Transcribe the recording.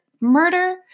murder